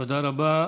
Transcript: תודה רבה.